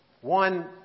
One